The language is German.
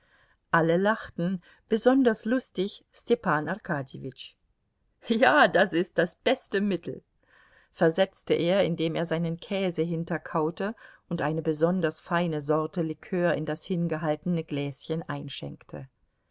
alle lachten besonders lustig stepan arkadjewitsch ja das ist das beste mittel versetzte er indem er seinen käse hinterkaute und eine besonders feine sorte likör in das hingehaltene gläschen einschenkte